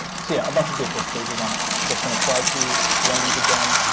so yeah a bunch of good test cases. i'm just going to try to run these again